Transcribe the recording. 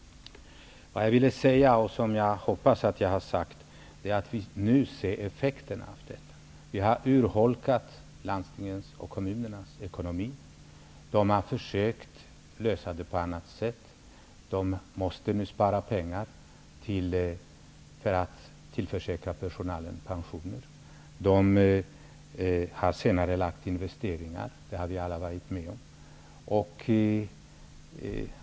Vad jag ville säga och som jag hoppas att jag har sagt är att vi nu ser effekterna av detta. Vi har urholkat landstingens och kommunernas ekonomi, och de har försökt klara situationen på annat sätt. De måste nu spara pengar för att tillförsäkra personalen pensioner. De har senarelagt investeringar, något vi alla har varit med om att göra.